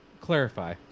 Clarify